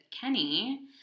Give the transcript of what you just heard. Kenny